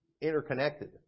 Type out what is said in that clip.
interconnected